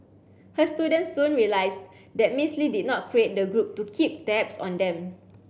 her students soon realized that Miss Lee did not create the group to keep tabs on them